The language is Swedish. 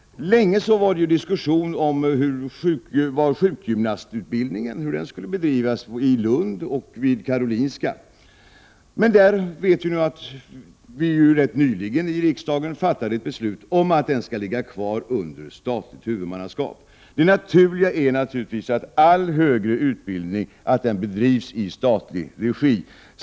Länge var det diskussion om hur sjukgymnastutbildningen skulle bedrivas i Lund och vid Karolinska institutet. Men riksdagen fattade rätt nyligen ett beslut om att utbildningen skall ligga kvar under statligt huvudmannaskap. Det naturliga är självfallet att all högre utbildning bedrivs i statlig regi.